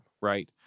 right